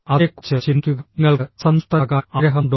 അതിനെക്കുറിച്ച് ചിന്തിക്കുക നിങ്ങൾക്ക് അസന്തുഷ്ടനാകാൻ ആഗ്രഹമുണ്ടോ